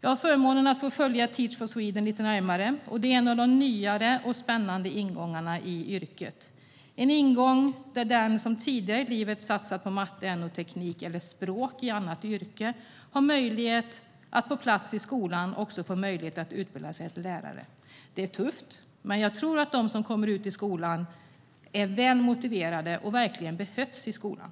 Jag har haft förmånen att få följa Teach for Sweden lite närmare. Det är en av de nyare och mer spännande ingångarna i yrket. Det är en ingång där den som tidigare i livet har satsat på matte, NO, teknik eller språk i annat yrke har möjlighet att på plats i skolan utbilda sig till lärare. Det är tufft, men jag tror att de som kommer ut i skolan är väl motiverade och verkligen behövs i skolan.